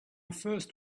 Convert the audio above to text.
first